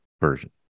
version